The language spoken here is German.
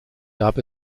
gab